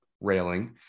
railing